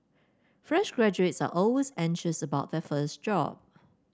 fresh graduates are always anxious about their first job